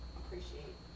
appreciate